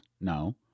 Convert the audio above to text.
No